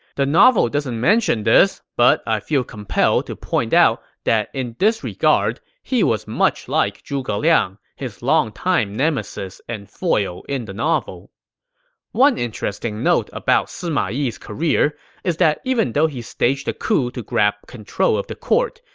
the novel doesn't mention this, but i feel compelled to point out that in this regard, he was much like zhuge liang, his longtime nemesis and foil in the novel one interesting note about sima yi's career is that even though he staged a coup to grab control of the court,